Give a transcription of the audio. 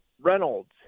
Reynolds